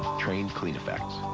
trane cleaneffects.